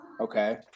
okay